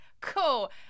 Cool